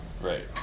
Right